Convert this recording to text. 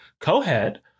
co-head